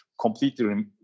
completely